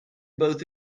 both